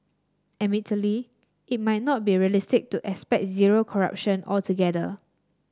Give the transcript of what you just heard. admittedly it might not be realistic to expect zero corruption altogether